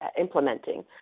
implementing